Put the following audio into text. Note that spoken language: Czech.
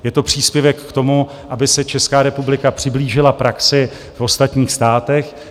Je to příspěvek k tomu, aby se Česká republika přiblížila praxi v ostatních státech.